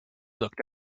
looked